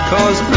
Cause